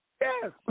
Yes